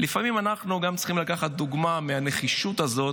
לפעמים אנחנו גם צריכים לקחת דוגמה מהנחישות הזאת,